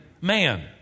man